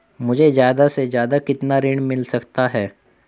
मुझे ज्यादा से ज्यादा कितना ऋण मिल सकता है?